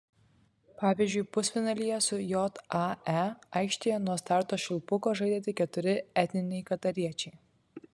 pavyzdžiui pusfinalyje su jae aikštėje nuo starto švilpuko žaidė tik keturi etniniai katariečiai